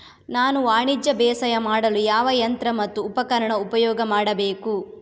ನಾನು ವಾಣಿಜ್ಯ ಬೇಸಾಯ ಮಾಡಲು ಯಾವ ಯಂತ್ರ ಮತ್ತು ಉಪಕರಣ ಉಪಯೋಗ ಮಾಡಬೇಕು?